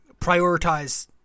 prioritize